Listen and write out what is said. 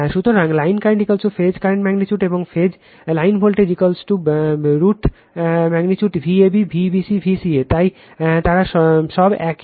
সুতরাং line current phase current magnitude এবং line voltage v বর্গ ম্যাগনিটিউড Vab Vbc Vca তাই তারা সব একই